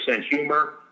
humor